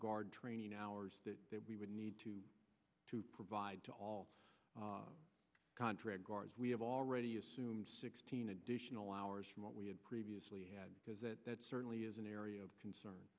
guard training hours that we would need to to provide to all contract guards we have already assume sixteen additional hours from what we had previously because that certainly is an area of concern